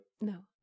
No